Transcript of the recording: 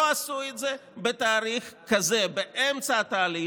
לא עשו את זה בתאריך כזה, באמצע התהליך.